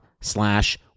slash